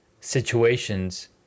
situations